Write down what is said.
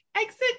exit